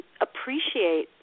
appreciate